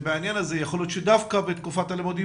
בעניין הזה יכול להיות שדווקא בתקופת הלימודים